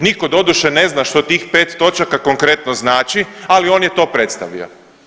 niko doduše ne zna što tih pet točaka konkretno znači, ali on je to predstavio.